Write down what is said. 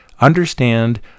understand